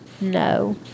no